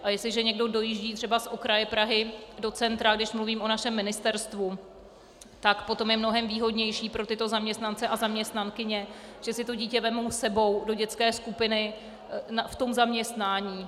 A jestliže někdo dojíždí třeba z okraje Prahy do centra, když mluvím o našem ministerstvu, tak potom je mnohem výhodnější pro tyto zaměstnance a zaměstnankyně, že si dítě vezmou s sebou do dětské skupiny v tom zaměstnání.